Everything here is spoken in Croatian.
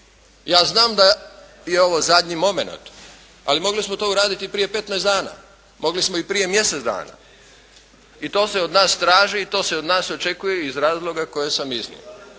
Ja znam da je ovo zadnji momenat ali mogli smo to uraditi i prije 15 dana. Mogli smo i prije mjesec dana i to se od nas traži i to se od nas očekuje iz razloga koje sam iznio.